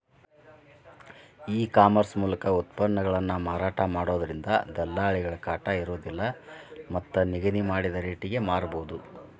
e commerce ಮೂಲಕ ಉತ್ಪನ್ನಗಳನ್ನ ಮಾರಾಟ ಮಾಡೋದ್ರಿಂದ ದಲ್ಲಾಳಿಗಳ ಕಾಟ ಇರೋದಿಲ್ಲ ಮತ್ತ್ ನಿಗದಿ ಮಾಡಿದ ರಟೇಗೆ ಮಾರಬೋದು